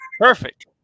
perfect